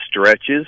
stretches